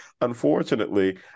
Unfortunately